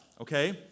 okay